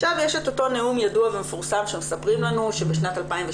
עכשיו יש את אותו נאום ידוע ומפורסם שמספרים לנו שבשנת 2017